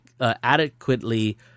adequately